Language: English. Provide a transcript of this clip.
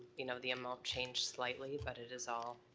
you know the amount changed slightly, but it is all.